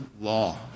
law